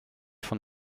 von